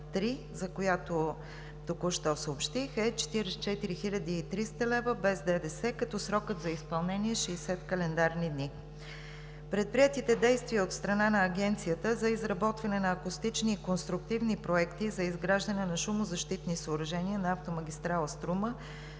за която току-що съобщих, е 44 хил. 300 лв. без ДДС, като срокът за изпълнение е 60 календарни дни. Предприетите действия от страна на Агенцията за изработване на акустични и конструктивни проекти за изграждане на шумозащитни съоръжения на автомагистрала „Струма“